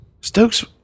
Stokes